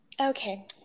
Okay